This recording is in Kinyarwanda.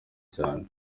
cyane